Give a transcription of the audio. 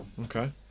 Okay